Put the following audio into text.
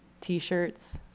t-shirts